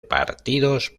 partidos